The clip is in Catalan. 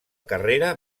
carrera